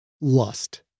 lust